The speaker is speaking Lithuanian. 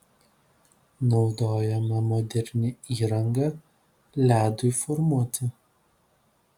naudojama moderni įranga ledui formuoti